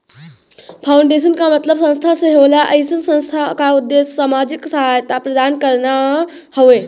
foundation क मतलब संस्था से होला अइसन संस्था क उद्देश्य सामाजिक सहायता प्रदान करना हउवे